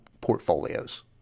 portfolios